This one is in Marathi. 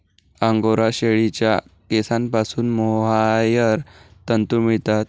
अंगोरा शेळीच्या केसांपासून मोहायर तंतू मिळतात